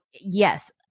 yes